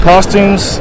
Costumes